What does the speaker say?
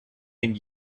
and